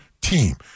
team